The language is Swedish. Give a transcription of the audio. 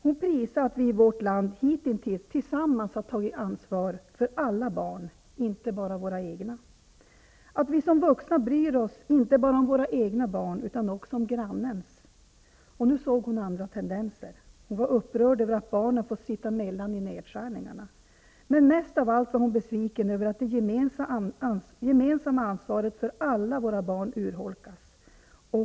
Hon prisade att vi i vårt land hitintills tillsammans har tagit ansvar för alla barn, inte bara våra egna, att vi som vuxna bryr oss om inte bara våra egna barn utan också grannens. Nu såg hon andra tendenser. Hon var upprörd över att barnen får sitta emellan vid nedskärningarna. Mest av allt var hon besviken över att det gemensamma ansvaret för alla våra barn urholkas.